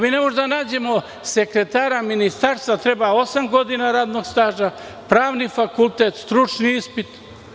Mi ne možemo da nađemo sekretara ministarstva, treba osam godina radnog staža, pravni fakultet, stručni ispit.